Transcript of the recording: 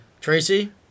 Tracy